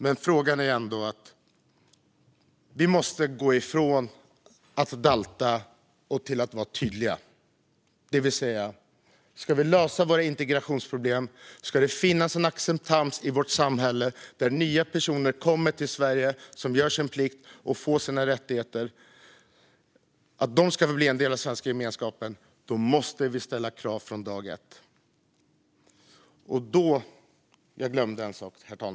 Det handlar om att vi måste gå från att dalta till att vara tydliga, det vill säga att om vi ska lösa våra integrationsproblem och ha en acceptans i vårt samhälle för att nya personer som kommer till Sverige, gör sin plikt och får sina rättigheter får bli en del av den svenska gemenskapen, då måste vi ställa krav från dag ett.